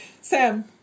Sam